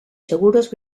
seguros